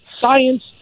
Science